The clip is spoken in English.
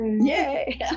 Yay